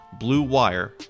BLUEWIRE